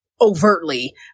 overtly